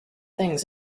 things